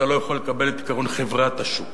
אתה לא יכול לקבל את עקרון חברת השוק.